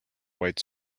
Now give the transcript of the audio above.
white